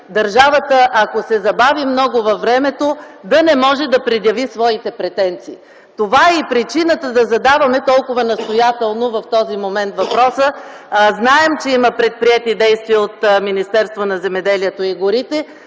държавата се забави много във времето, да не може да предяви тези претенции. Това е и причината да задаваме толкова настоятелно в този момент въпроса. Знаем, че има предприети действия от Министерството на земеделието и храните,